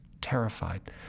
terrified